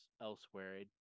elsewhere